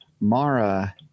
Mara